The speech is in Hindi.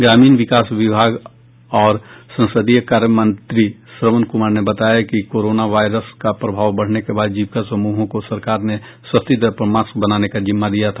ग्रामीण विकास और संसदीय कार्य मंत्री श्रवण कुमार ने बताया कि कोरोना वायरस का प्रभाव बढ़ने के बाद जीविका समूहों को सरकार ने सस्ती दर पर मास्क बनाने का जिम्मा दिया था